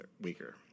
weaker